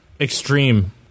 Extreme